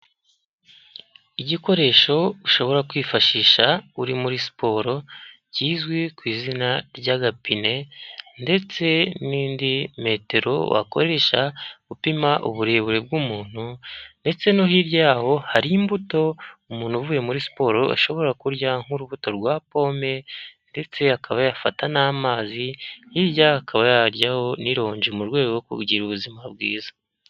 Igikoresho ushobora kwifashisha uri muri siporo, kizwi ku izina ry'agapine ndetse n'indi metero wakoresha, upima uburebure bw'umuntu ndetse no hirya yaho hari imbuto umuntu uvuye muri siporo ashobora kurya, nk'urubuto rwa pome ndetse akaba yafata n'amazi, hirya akaba yaryaho n'ironji, mu rwego rwo kugira ubuzima bwiza.